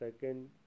Second